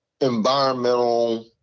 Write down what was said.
environmental